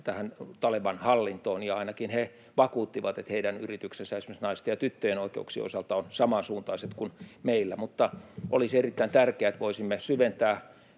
mitä mekin yritämme, ja ainakin he vakuuttivat, että heidän yrityksensä esimerkiksi naisten ja tyttöjen oikeuksien osalta ovat samansuuntaiset kuin meillä. Mutta olisi erittäin tärkeää, että voisimme vielä